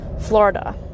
Florida